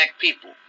people